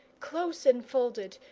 close enfolded,